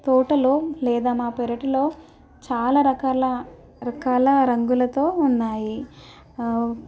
తోటలో లేదా మా పెరటిలో చాలా రకాల రకాల రంగులతో ఉన్నాయి